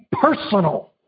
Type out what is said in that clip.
personal